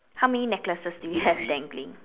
how many necklaces do you have dangling